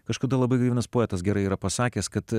kažkada labai jaunas poetas gerai yra pasakęs kad